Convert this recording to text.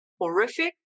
horrific